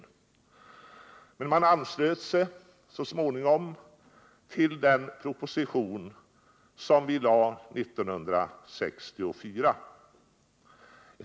Man anslöt sig dock så småningom till den proposition som vi lade fram 1964.